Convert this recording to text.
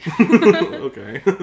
Okay